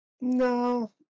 No